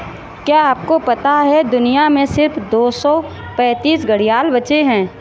क्या आपको पता है दुनिया में सिर्फ दो सौ पैंतीस घड़ियाल बचे है?